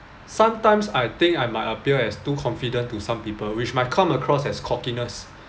sometimes I think I might appear as too confident to some people which might come across as cockiness